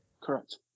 Correct